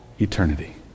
eternity